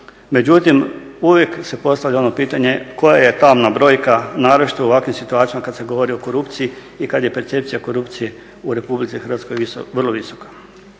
međutim, uvijek se postavlja ono pitanje koja je tamna brojka naročito u ovakvim situacijama kada se govori o korupciji i kada je percepcija korupcije u Republici Hrvatskoj vrlo visoka.